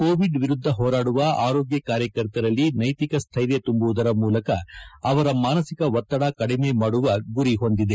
Covid ವಿರುದ್ಧ ಹೋರಾಡುವ ಆರೋಗ್ಯ ಕಾರ್ಯಕರ್ತರಲ್ಲಿ ನೈಕಿಕ ಸ್ಕೈರ್ಯ ತುಂಬುವುದರ ಮೂಲಕ ಅವರ ಮಾನಸಿಕ ಒತ್ತಡ ಕಡಿಮೆ ಮಾಡುವ ಗುರಿ ಹೊಂದಿದೆ